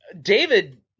David